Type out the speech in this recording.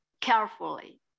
carefully